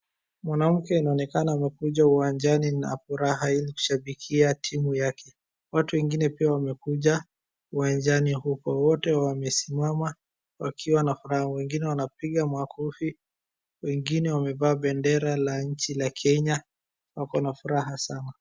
Mwanamke inaonekana amekuja uwanjani na furaha ili kushabikia timu yake, watu wengine pia wamekuja uwanjani huko wote wamesimama wakiwa na furaha wengine wanapiga makofi wengine wamevaa bendera la nchi ya Kenya wako na furaha sana.